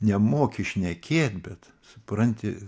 nemoki šnekėt bet supranti